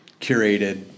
curated